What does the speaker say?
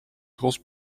tros